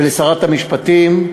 ולשרת המשפטים,